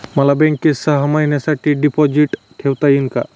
मला बँकेत सहा महिन्यांसाठी डिपॉझिट ठेवता येईल का?